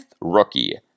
rookie